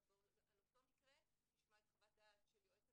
אתה על אותו מקרה תשמע את חוות הדעת של יועצת